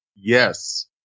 Yes